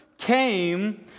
Came